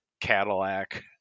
cadillac